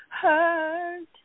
hurt